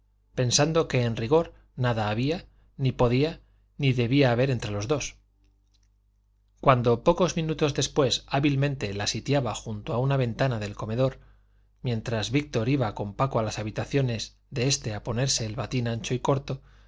pensando que en rigor nada había ni podía ni debía haber entre los dos cuando pocos minutos después hábilmente la sitiaba junto a una ventana del comedor mientras víctor iba con paco a las habitaciones de este a ponerse el batín ancho y corto